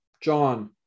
John